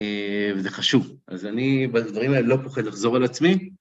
וזה חשוב, אז אני בדברים האלה לא פוחד לחזור על עצמי.